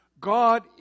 God